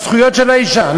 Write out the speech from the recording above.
לזכויות של האישה.